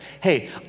hey